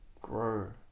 grow